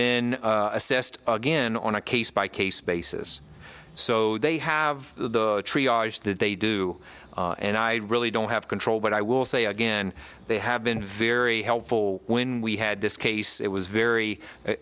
then assessed again on a case by case basis so they have the that they do and i really don't have control but i will say again they have been very helpful when we had this case it was very